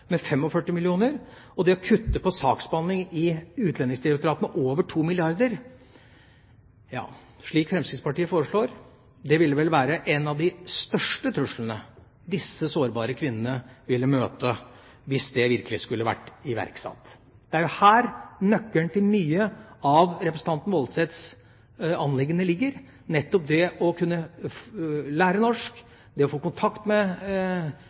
med 45 mill. kr og det å kutte i saksbehandling i Utlendingsdirektoratet med over 2 milliarder kr, slik Fremskrittspartiet foreslår, ville vel være en av de største truslene disse sårbare kvinnene ville møte hvis det virkelig skulle vært iverksatt. Det er jo her nøkkelen til mye av representanten Woldseths anliggende ligger: nettopp det å kunne lære norsk, det å få kontakt med